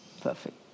perfect